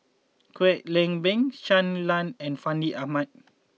Kwek Leng Beng Shui Lan and Fandi Ahmad